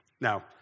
Now